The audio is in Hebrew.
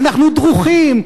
אנחנו דרוכים,